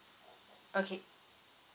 okay